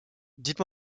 dites